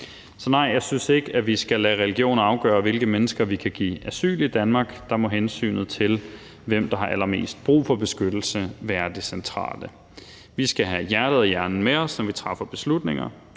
Så nej, jeg synes ikke, at vi skal lade religioner afgøre, hvilke mennesker vi kan give asyl i Danmark. Der må hensynet til, hvem der har allermest brug for beskyttelse være det centrale. Vi skal have hjertet og hjernen med os, når vi træffer beslutninger.